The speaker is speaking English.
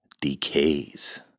Decays